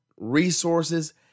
resources